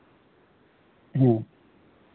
ᱦᱮᱸ